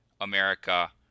America